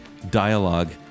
dialogue